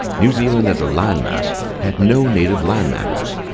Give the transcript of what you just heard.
new zealand as a landmass had no native land mammals,